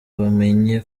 bamenye